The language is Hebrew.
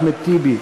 אחמד טיבי,